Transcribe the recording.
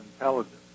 intelligence